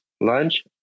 lunch